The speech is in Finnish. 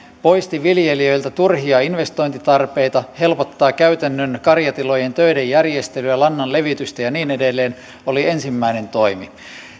poisti viljelijöiltä turhia investointitarpeita helpottaa käytännön karjatilojen töiden järjestelyä lannan levitystä ja niin edelleen oli ensimmäinen toimi